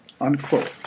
unquote